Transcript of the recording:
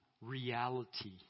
reality